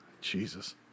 Jesus